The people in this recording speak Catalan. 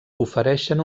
ofereixen